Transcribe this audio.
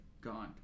gone